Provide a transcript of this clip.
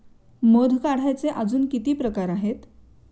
मध काढायचे अजून किती प्रकार आहेत?